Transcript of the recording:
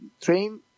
train